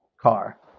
car